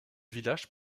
village